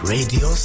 Radio